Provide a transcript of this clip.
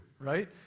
right